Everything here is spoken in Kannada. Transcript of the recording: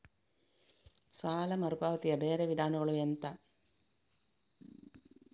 ಸಾಲ ಮರುಪಾವತಿಯ ಬೇರೆ ವಿಧಾನಗಳು ಎಂತ?